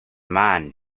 man